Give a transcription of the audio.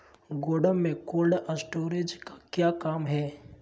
गोडम में cold storage का क्या काम है?